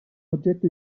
oggetto